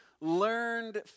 Learned